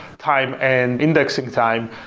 time and indexing time,